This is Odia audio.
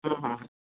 ହଁ ହଁ